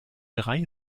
drei